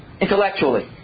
intellectually